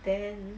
then